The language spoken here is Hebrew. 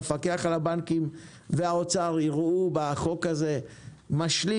המפקח על הבנקים והאוצר יראו בחוק הזה משלים